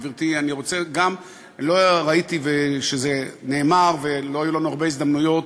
גברתי: לא שמעתי שזה נאמר ולא היו לנו הרבה הזדמנויות,